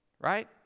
right